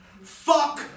Fuck